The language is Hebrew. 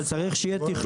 אבל צריך שיהיה תכנון.